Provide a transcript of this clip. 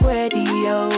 Radio